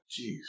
Jeez